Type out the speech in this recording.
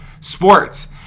sports